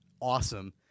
awesome